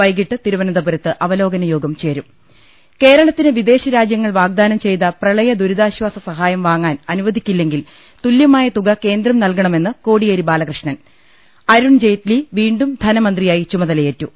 വൈകീട്ട് തിരു വനന്തപുരത്ത് അവലോകനയോഗം ചേരും കേരളത്തിന് വിദേശ രാജ്യങ്ങൾ വാഗ്ദാനം ചെയ്ത പ്രളയ ദുരിതാശ്ചാസ സഹായം വാങ്ങാൻ അനുവദിക്കി ല്ലെങ്കിൽ തുല്ല്യമായ തുക കേന്ദ്രം നല്കണമെന്ന് കോടി യേരി ബാലകൃഷ്ണൻ അരുൺജെയ്റ്റ്ലി വീണ്ടും ധനമന്ത്രിയായി ചുമതലയേറ്റു